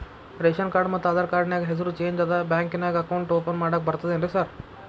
Ration card ಮತ್ತ Aadhaar card ನ್ಯಾಗ ಹೆಸರು ಚೇಂಜ್ ಅದಾ ಬ್ಯಾಂಕಿನ್ಯಾಗ ಅಕೌಂಟ್ ಓಪನ್ ಮಾಡಾಕ ಬರ್ತಾದೇನ್ರಿ ಸಾರ್?